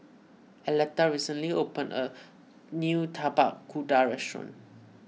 Aleta recently opened a new Tapak Kuda restaurant